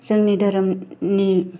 जोंनि धोरोमनि